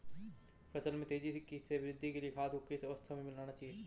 फसल में तेज़ी से वृद्धि के लिए खाद को किस अवस्था में मिलाना चाहिए?